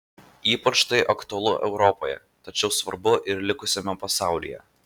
ypač tai aktualu europoje tačiau svarbu ir likusiame pasaulyje